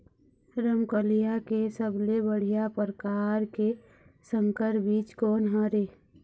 रमकलिया के सबले बढ़िया परकार के संकर बीज कोन हर ये?